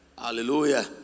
Hallelujah